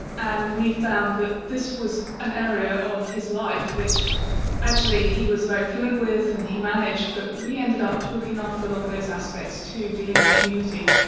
and we found that this was an area of his life which actually he was very fluent with and he managed, but we ended up looking after a loss of those aspects too, dealing with community,